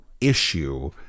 issue